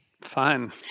Fine